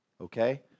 Okay